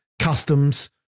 customs